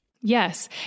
Yes